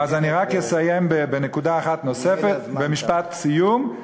אז אני רק אסיים בנקודה אחת נוספת, במשפט סיום.